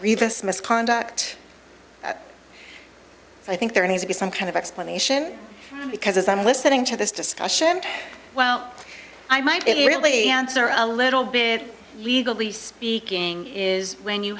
this misconduct i think there needs to be some kind of explanation because as i'm listening to this discussion well i might it really answer a little bit legally speaking is when you